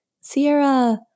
Sierra